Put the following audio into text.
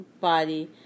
body